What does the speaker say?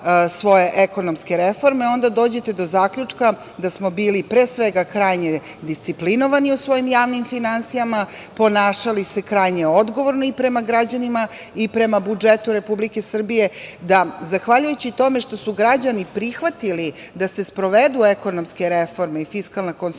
svoje ekonomske reforme, onda dođete do zaključka da smo bili, pre svega, krajnje disciplinovani u svojim javnim finansijama, ponašali se krajnje odgovorno i prema građanima i prema budžetu Republike Srbije da, zahvaljujući tome što su građani prihvatili da se sprovedu ekonomske reforme i fiskalna konsolidacija